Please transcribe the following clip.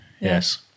Yes